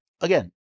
again